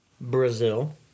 Brazil